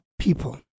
people